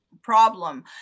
problem